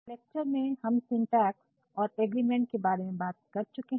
एक लेक्चर में हम सिंटेक्स और अग्र्रिमेंट के बारे में बात कर चुके है